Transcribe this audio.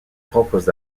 propres